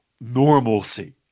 normalcy